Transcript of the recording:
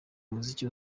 umuziki